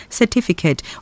certificate